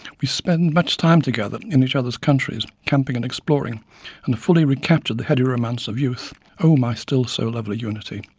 we spend much time together in each others' countries, camping and exploring, and have fully recaptured the heady romance of youth. oh, my still so lovely unity!